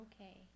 Okay